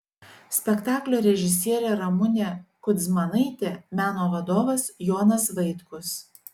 spektaklio režisierė ramunė kudzmanaitė meno vadovas jonas vaitkus